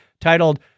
titled